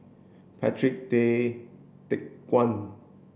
Patrick Tay Teck Guan